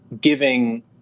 giving